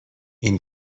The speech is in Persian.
این